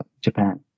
Japan